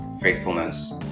faithfulness